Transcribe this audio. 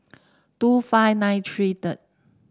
two five nine three third